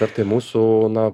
ar tai mūsų na